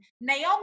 Naomi